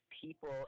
people